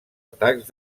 atacs